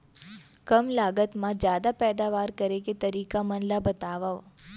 कम लागत मा जादा पैदावार करे के तरीका मन ला बतावव?